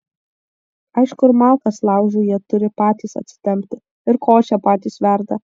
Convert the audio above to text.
aišku ir malkas laužui jie turi patys atsitempti ir košę patys verda